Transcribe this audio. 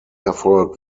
erfolg